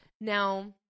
Now